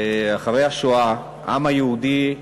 אחרי השואה, העם היהודי,